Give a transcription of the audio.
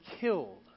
killed